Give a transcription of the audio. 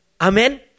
Amen